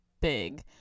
big